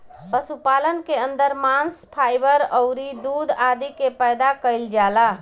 पशुपालन के अंदर मांस, फाइबर अउरी दूध आदि के पैदा कईल जाला